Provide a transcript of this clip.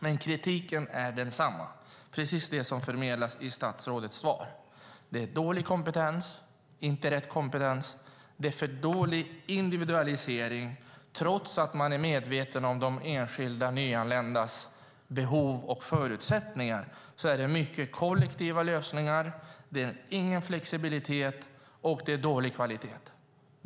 Men kritiken är densamma - precis det som förmedlas i statsrådets svar: Det är dålig kompetens, inte rätt kompetens och för dålig individualisering. Trots att man är medveten om de enskilda nyanländas behov och förutsättningar är det mycket kollektiva lösningar, ingen flexibilitet och dålig kvalitet.